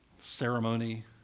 ceremony